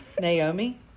Naomi